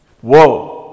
Whoa